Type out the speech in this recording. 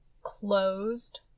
closed